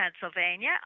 Pennsylvania